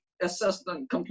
assistant